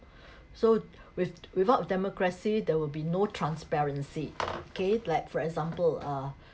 so with without democracy there will be no transparency okay like for example uh